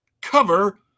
cover